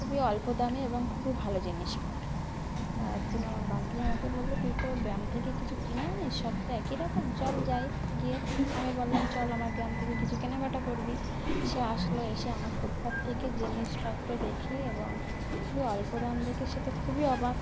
খুবই অল্প দামে এবং খুবই ভালো জিনিস পায় তা একদিন আমার বান্ধব আমাকে বললো তুই তো গ্রাম থেকে কিছু কিনে আনিস সব তো একই রকম চল যাই গিয়ে আমি বললাম চল আমার গ্রাম থেকে কিছু কেনাকাটা করবি সে আসলো এসে আমার ফুটপাথ থেকে জিনিসপত্র দেখে এবং খুবই অল্প দাম দেখে সে তো খুবই অবাক